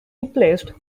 replaced